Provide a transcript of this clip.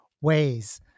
ways